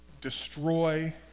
destroy